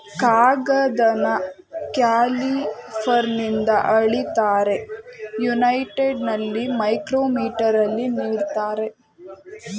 ಕಾಗದನ ಕ್ಯಾಲಿಪರ್ನಿಂದ ಅಳಿತಾರೆ, ಯುನೈಟೆಡಲ್ಲಿ ಮೈಕ್ರೋಮೀಟರಲ್ಲಿ ನೀಡ್ತಾರೆ